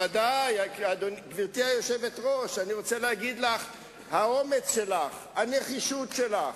אדוני היושב-ראש, חברי כנסת נכבדים, סגני שרים,